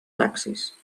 taxis